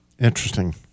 Interesting